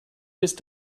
just